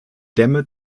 dämme